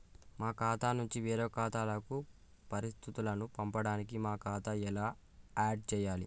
మా ఖాతా నుంచి వేరొక ఖాతాకు పరిస్థితులను పంపడానికి మా ఖాతా ఎలా ఆడ్ చేయాలి?